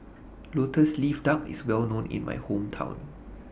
Lotus Leaf Duck IS Well known in My Hometown